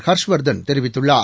ஹர்ஷ்வர்தன் தெரிவித்துள்ளார்